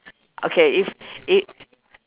okay if i~